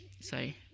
Sorry